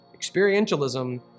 Experientialism